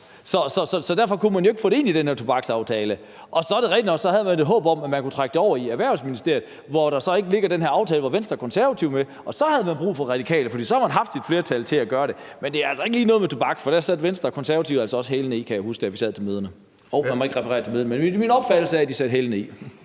Så derfor kunne man ikke få det med ind i den her tobaksaftale. Så er det rigtigt nok, at man havde et håb om, at man kunne trække det over i Erhvervsministeriet, hvor man ikke havde den her aftale, som Venstre og Konservative var med i, og så havde man brug for Radikale, for så havde man haft sit flertal til at gøre det. Men det har altså ikke lige noget med tobak at gøre, for jeg kan huske, at Venstre og Konservative altså også satte hælene i, da vi sad til møderne. Hov, man må ikke referere til møderne, men det er min opfattelse, at de satte hælene i.